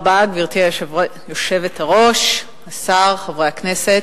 גברתי היושבת-ראש, תודה רבה, השר, חברי הכנסת,